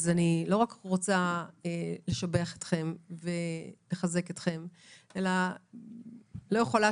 אני רוצה לשבח אתכם ולחזק אתכם וחייבת